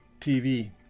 TV